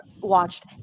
watched